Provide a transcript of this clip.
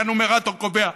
כי הנומרטור קובע.